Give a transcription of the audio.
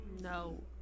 No